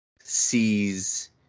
sees